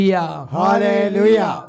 Hallelujah